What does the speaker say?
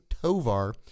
Tovar